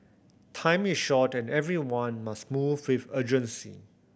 time is short and everyone must move with urgency